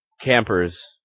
campers